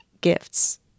gifts